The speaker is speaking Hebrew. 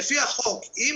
לפי החוק, אם